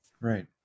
Right